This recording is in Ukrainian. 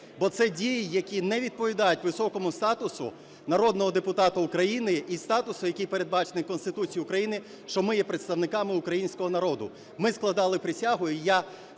бо це дії, які не відповідають високому статусу народного депутата України і статусу, який передбачений Конституцією України, що ми є представниками українського народу, ми складали присягу. І я